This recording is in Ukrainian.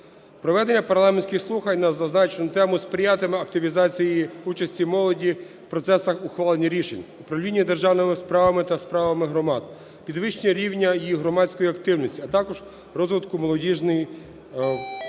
Проведення парламентських слухань на зазначену тему сприятиме активізації участі молоді в процесах ухвалення рішень, в управлінні державними справами та справами громад, підвищенню рівня їх громадської активності, а також розвитку молодіжної політики